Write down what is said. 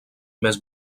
més